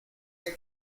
hay